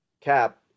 Cap